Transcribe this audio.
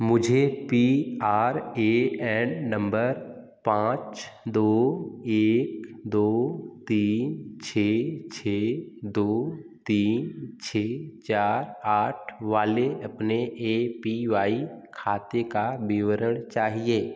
मुझे P R A N number पाँच दो एक दो तीन छः छः दो तीन छः चार आठ वाले अपने ए पी वाई खाते का विवरण चाहिए